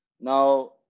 now